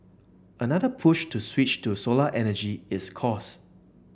another push to switch to solar energy is cost